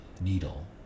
needle